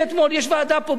יש ועדה פה בכנסת,